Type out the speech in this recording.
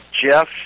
jeff